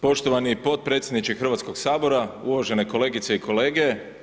Poštovani potpredsjedniče Hrvatskog sabora, uvažene kolegice i kolege.